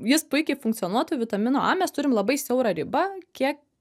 jis puikiai funkcionuotų vitamino a mes turim labai siaurą ribą kiek